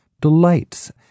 delights